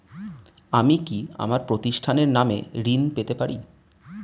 আমি কি আমার প্রতিষ্ঠানের নামে ঋণ পেতে পারি?